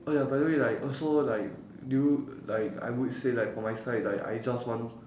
oh ya by the way right also like do you like I would say like for my side like I just want